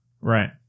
Right